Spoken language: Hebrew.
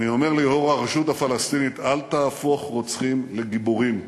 אני אומר ליושב-ראש הרשות הפלסטינית: אל תהפוך רוצחים לגיבורים.